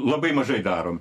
labai mažai darom